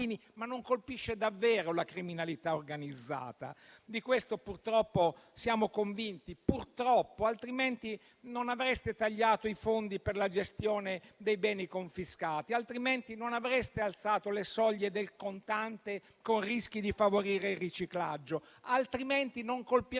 ma non colpisce davvero la criminalità organizzata. Di questo purtroppo siamo convinti, altrimenti non avreste tagliato i fondi per la gestione dei beni confiscati; altrimenti non avreste alzato le soglie del contante, con rischi di favorire il riciclaggio; altrimenti non colpireste